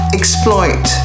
exploit